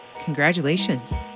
Congratulations